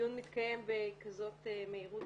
שהדיון מתקיים בכזאת מהירות,